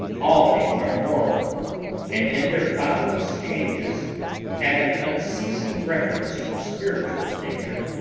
all things are moral and in their boundless changes have an unceasing reference to spiritual nature.